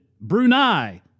Brunei